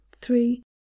three